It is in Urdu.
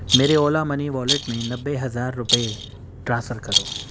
میرے اولا منی والیٹ میں نوے ہزار روپے ٹرانسفر کرو